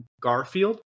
Garfield